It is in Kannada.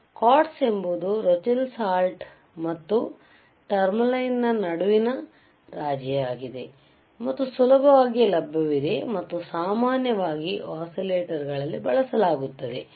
ಕ್ವಾರ್ಟ್ಜ್ ಎಂಬುದು ರೋಚೆಲ್ ಸಾಲ್ಟ್ ಮತ್ತು ಟರ್ಮಲೈನ್ ನಡುವಿನ ರಾಜಿಯಾಗಿದೆ ಮತ್ತು ಸುಲಭವಾಗಿ ಲಭ್ಯವಿದೆ ಮತ್ತು ಸಾಮಾನ್ಯವಾಗಿ ಒಸಿಲೇಟಾರ್ ಗಳಲ್ಲಿ ಬಳಸಲಾಗುತ್ತದೆ